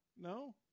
No